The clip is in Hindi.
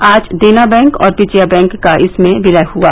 आज देना बैंक और विजया बैंक का इसमें विलय हुआ